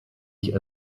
ich